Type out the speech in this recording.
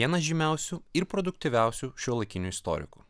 vienas žymiausių ir produktyviausių šiuolaikinių istorikų